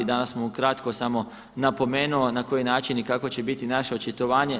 Danas sam ukratko samo napomenuo na koji način i kako će biti naše očitovanje.